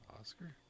Oscar